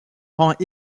rend